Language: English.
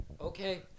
okay